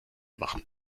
machen